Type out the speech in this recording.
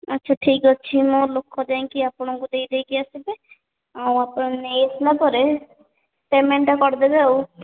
ଆଚ୍ଛା ଠିକ୍ ଅଛି ମୋ ଲୋକ ଯାଇକରି ଆପଣଙ୍କୁ ଦେଇଦେଇକରି ଆସିବେ ଆଉ ଆପଣ ନେଇ ଆସି ସାରିଲା ପରେ ପ୍ୟାମେଣ୍ଟଟା କରିଦେବେ ଆଉ